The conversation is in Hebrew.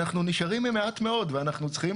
אנחנו נשארים עם מעט מאוד ואנחנו צריכים